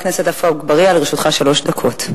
חבר הכנסת עפו אגבאריה, לרשותך שלוש דקות.